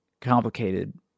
complicated